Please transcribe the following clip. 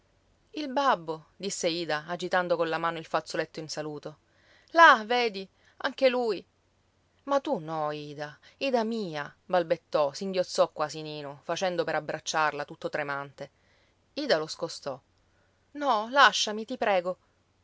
il babbo disse ida agitando con la mano il fazzoletto in saluto là vedi anche lui ma tu no ida ida mia balbettò singhiozzò quasi nino facendo per abbracciarla tutto tremante ida lo scostò no lasciami ti prego